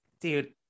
dude